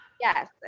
Yes